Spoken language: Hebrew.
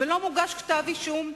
ולא מוגש כתב אישום.